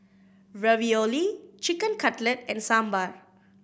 Ravioli Chicken Cutlet and Sambar